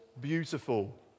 beautiful